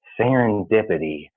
serendipity